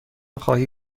خواهی